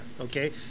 okay